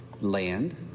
land